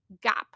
gap